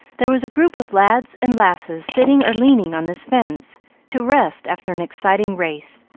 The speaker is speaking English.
there was a group of lads and lasses sitting or leaning on this fence to rest after an exciting race,